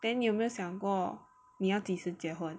then 你有没有想过你要几时结婚